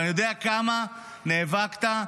אני יודע כמה נאבקת,